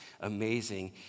amazing